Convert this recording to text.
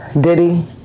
Diddy